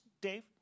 Dave